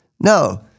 No